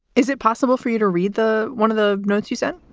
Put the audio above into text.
is it possible for you to read the one of the notes you said?